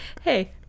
Hey